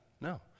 No